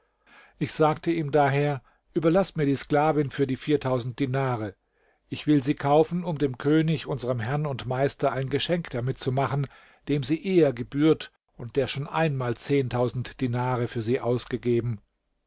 ich sagte ihm daher überlaß mir die sklavin für die dinare ich will sie kaufen um dem könig unserm herrn und meister ein geschenk damit zu machen dem sie eher gebührt und der schon einmal dinare für sie ausgegeben